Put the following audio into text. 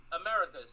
America's